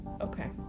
Okay